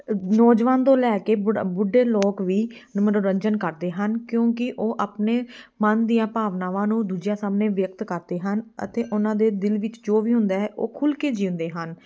ਨੌਜਵਾਨ ਤੋਂ ਲੈ ਕੇ ਬੁੜਾ ਬੁੱਢੇ ਲੋਕ ਵੀ ਮਨੋਰੰਜਨ ਕਰਦੇ ਹਨ ਕਿਉਂਕਿ ਉਹ ਆਪਣੇ ਮਨ ਦੀਆਂ ਭਾਵਨਾਵਾਂ ਨੂੰ ਦੂਜਿਆਂ ਸਾਹਮਣੇ ਵਿਅਕਤ ਕਰਦੇ ਹਨ ਅਤੇ ਉਹਨਾਂ ਦੇ ਦਿਲ ਵਿੱਚ ਜੋ ਵੀ ਹੁੰਦਾ ਹੈ ਉਹ ਖੁੱਲ੍ਹ ਕੇ ਜਿਊਂਦੇ ਹਨ